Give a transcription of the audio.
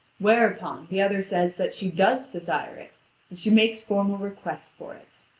whereupon, the other says that she does desire it, and she makes formal request for it.